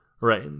Right